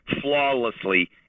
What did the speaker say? flawlessly